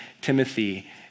Timothy